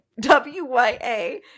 W-Y-A